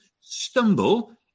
stumble